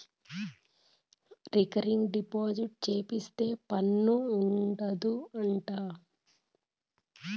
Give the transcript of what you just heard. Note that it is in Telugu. రికరింగ్ డిపాజిట్ సేపిత్తే పన్ను ఉండదు అంట